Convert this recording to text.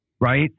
right